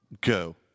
go